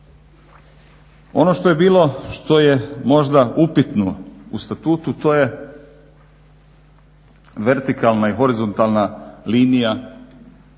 Ono što je bilo što je možda upitno u statutu. To je vertikalna i horizontalna linija